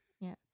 Yes